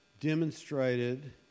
Demonstrated